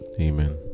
Amen